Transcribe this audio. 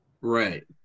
right